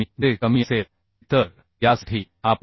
जे कमी असेल ते तर यासाठी आपण 7